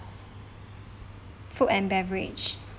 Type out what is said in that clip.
food and beverage